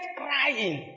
crying